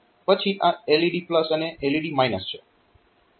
પછી આ LED અને LED છે